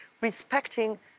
respecting